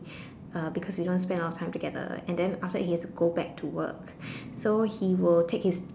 uh because we don't spend a lot of time together and then after that he has to go back to work so he would take his